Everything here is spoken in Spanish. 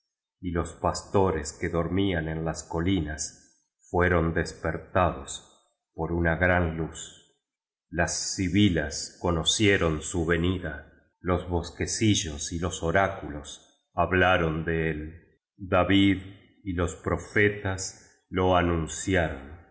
y los pastores que dormían en la colinas fueron despertados por una gran luz las sibilas conocieron su venida los bosquecillos y loa oráculos hablaron de el david y los profetas lo anunciaron